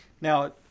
Now